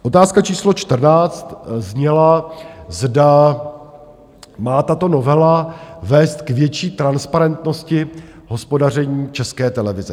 Otázka číslo 14 zněla, zda má tato novela vést k větší transparentnosti v hospodaření České televize.